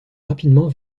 rapidement